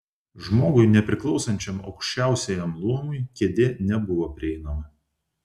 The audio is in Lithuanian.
žmogui nepriklausančiam aukščiausiajam luomui kėdė nebuvo prieinama